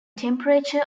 temperature